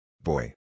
Boy